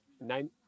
nine